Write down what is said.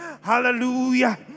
Hallelujah